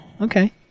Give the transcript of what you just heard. Okay